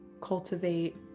cultivate